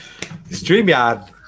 Streamyard